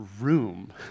room